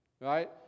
right